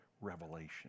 revelation